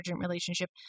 relationship